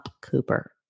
Cooper